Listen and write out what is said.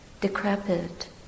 decrepit